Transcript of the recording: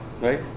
right